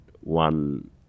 one